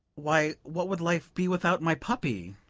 why, what would life be without my puppy!